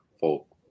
folk